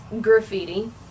graffiti